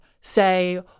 say